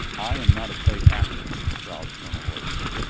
i am not a play actor, growled colonel roy ston.